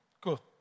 Cool